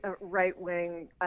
right-wing